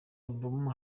album